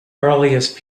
earliest